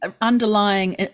underlying